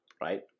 right